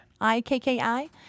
I-K-K-I